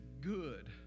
good